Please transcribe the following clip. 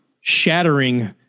shattering